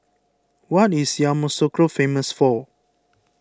what is Yamoussoukro famous for